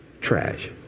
Trash